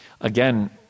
again